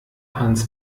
hans